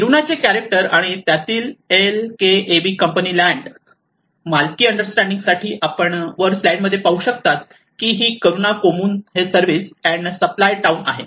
किरुनाचे character आणि त्यातील LKAB कंपनीची लँड मालकी अंडरस्टँडिंग साठी येथे आपण वर स्लाईड मध्ये पाहू शकता की ही करुणा कोमुन हे सर्विस अँड सप्लाय टाऊन आहे